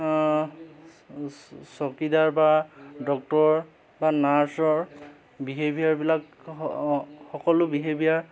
ছকীদাৰ বা ডক্তৰ বা নাৰ্চৰ বিহেভিয়াৰবিলাক স সকলো বিহেভিয়াৰ